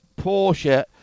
Porsche